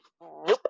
nope